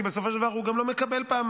כי בסופו של דבר הוא גם לא מקבל פעמיים.